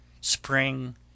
Spring